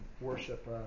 worship